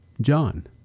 John